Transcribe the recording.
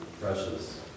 precious